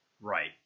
Right